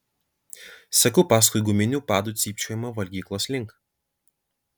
seku paskui guminių padų cypčiojimą valgyklos link